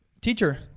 Teacher